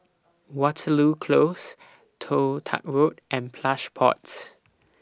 Waterloo Close Toh Tuck Road and Plush Pods